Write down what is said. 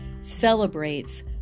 celebrates